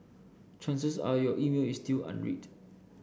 chances are your email is still unread